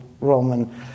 Roman